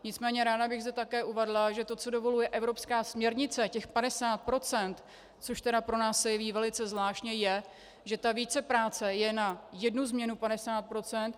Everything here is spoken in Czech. Nicméně ráda bych zde také uvedla, že to, co dovoluje evropská směrnice, těch 50 %, což pro nás se jeví velice zvláštně, je, že ta vícepráce je na jednu změnu 50 %.